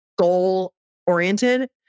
goal-oriented